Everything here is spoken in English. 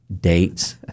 dates